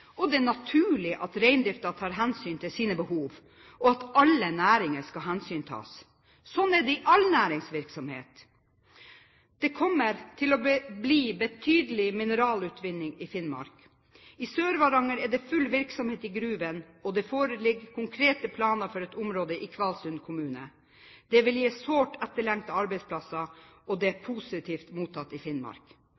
Det er naturlig at reindriften tar hensyn til sine behov, og at alle næringer skal hensyntas. Sånn er det i all næringsvirksomhet. Det kommer til å bli betydelig mineralutvinning i Finnmark. I Sør-Varanger er det full virksomhet i gruvene, og det foreligger konkrete planer for et område i Kvalsund kommune. Det vil gi sårt etterlengtede arbeidsplasser, og det er